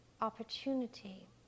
opportunity